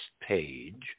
page